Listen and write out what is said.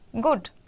Good